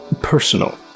personal